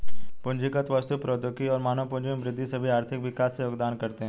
पूंजीगत वस्तु, प्रौद्योगिकी और मानव पूंजी में वृद्धि सभी आर्थिक विकास में योगदान करते है